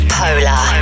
polar